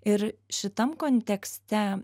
ir šitam kontekste